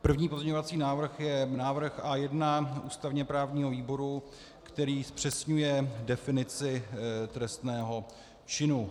První pozměňovací návrh je návrh A1 ústavněprávního výboru, který zpřesňuje definici trestného činu.